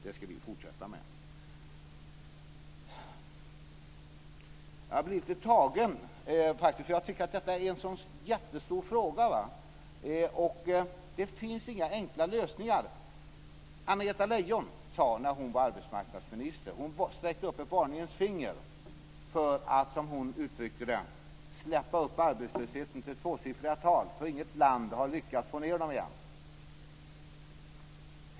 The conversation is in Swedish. Detta ska vi fortsätta att jobba för. Jag blir faktiskt lite tagen här, för jag tycker att detta är en mycket stor fråga. Det finns inga enkla lösningar. När Anna-Greta Leijon var arbetsmarknadsminister satte hon upp ett varningens finger för att, som hon uttryckte det, släppa upp arbetslösheten till tvåsiffriga tal. Inget land har lyckats med att få ned sådana tal.